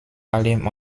allem